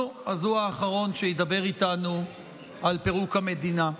נו, אז הוא האחרון שידבר איתנו על פירוק המדינה.